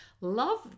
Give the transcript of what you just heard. love